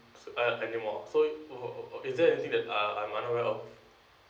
uh anymore so will is there anything that um I'm